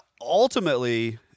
ultimately